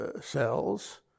cells